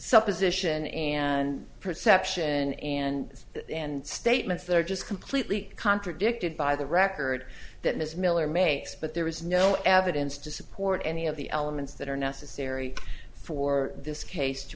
supposition and perception and and statements that are just completely contradicted by the record that ms miller makes but there is no evidence to support any of the elements that are necessary for this case to